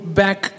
back